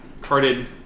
carted